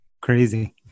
Crazy